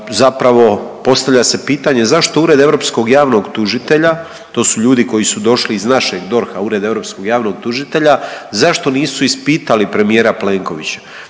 zapravo postavlja se pitanje zašto Ured europskog javnog tužitelja, to su ljudi koji su došli iz našeg DORH-a, Ureda europskog javnog tužitelja, zašto nisu ispitali premijera Plenkovića.